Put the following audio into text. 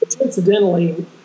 Incidentally